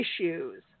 issues